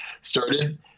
started